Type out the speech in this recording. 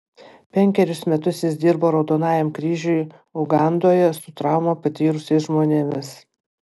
penkerius metus jis dirbo raudonajam kryžiui ugandoje su traumą patyrusiais žmonėmis